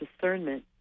discernment